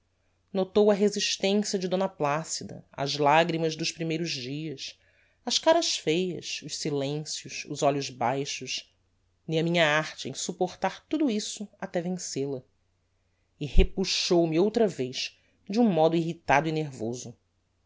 notou a resistência de d placida as lagrimas dos primeiros dias as caras feias os silencios os olhos baixos e a minha arte em supportar tudo isso até vencel a e repuxou me outra vez de um modo irritado e nervoso